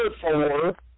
four